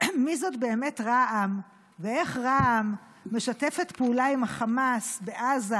מי זאת באמת רע"מ ואיך רע"מ משתפת פעולה עם החמאס בעזה